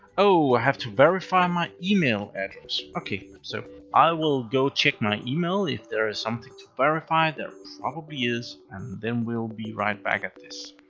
oh, i have to verify my email address. okay. so, i will go check my email, if there is something to verify, there probably is, and then we'll be right back at this.